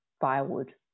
firewood